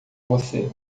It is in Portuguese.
você